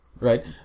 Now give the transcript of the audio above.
Right